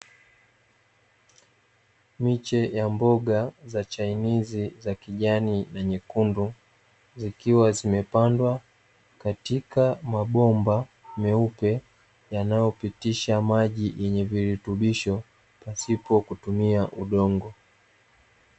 Miche ya mboga za chainizi za kijani na nyekundu zikiwa zimepandwa katika mabomba meupe yanayopitisha maji yenye virutubisho pasipo kutumia udongo.